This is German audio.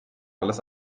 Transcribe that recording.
alles